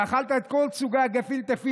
ואכלת את כל סוגי הגפילטע פיש,